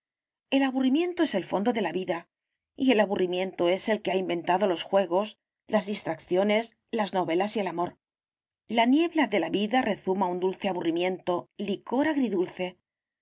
el aburrimiento es el fondo de la vida y el aburrimiento es el que ha inventado los juegos las distracciones las novelas y el amor la niebla de la vida rezuma un dulce aburrimiento licor agridulce